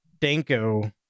Danko